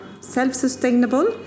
self-sustainable